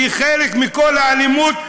שהיא חלק מכל האלימות,